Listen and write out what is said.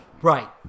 Right